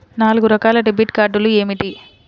నాలుగు రకాల డెబిట్ కార్డులు ఏమిటి?